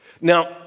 Now